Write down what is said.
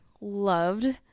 loved